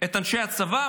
את אנשי הצבא,